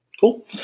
Cool